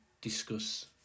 discuss